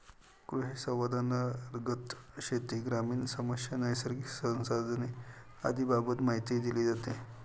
कृषिसंवादांतर्गत शेती, ग्रामीण समस्या, नैसर्गिक संसाधने आदींबाबत माहिती दिली जाते